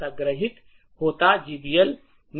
संग्रहीत होता जीएलबी में